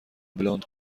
بلوند